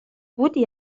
بودی